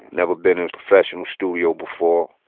never been in a professional studio before.